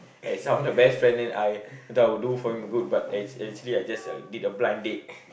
as I'm the best friend then I I thought I would do for him good but ac~ actually I just like did a blind date